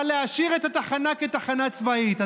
אבל להשאיר את התחנה כתחנה צבאית.